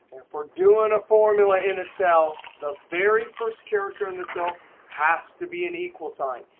if we're doing a formula in a cell, the very first character in the cell has to be an equal sign.